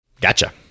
Gotcha